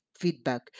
feedback